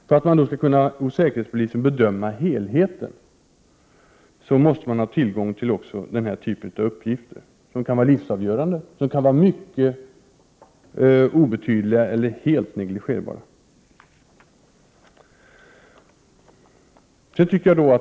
För att säkerhetspolisen då skall kunna bedöma helheten måste den ha tillgång till dessa uppgifter, som kan vara livsavgörande, som kan vara mycket obetydliga eller helt negligerbara.